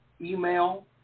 email